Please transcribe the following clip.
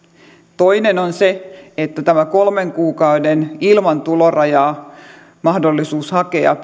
toinen on se että tämä kolmen kuukauden mahdollisuus ilman tulorajaa hakea